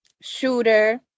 Shooter